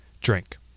Drink